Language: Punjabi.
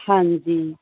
ਹਾਂਜੀ